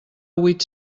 huit